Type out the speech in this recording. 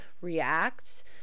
react